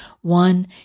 one